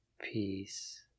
Peace